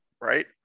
right